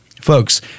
Folks